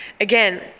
Again